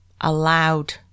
allowed